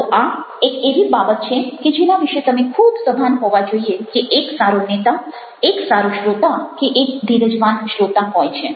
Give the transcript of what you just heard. તો આ એક એવી બાબત છે કે જેના વિશે તમે ખૂબ સભાન હોવા જોઈએ કે એક સારો નેતા કે એક સારો શ્રોતા કે એક ધીરજવાન શ્રોતા હોય છે